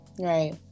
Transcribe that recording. right